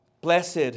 Blessed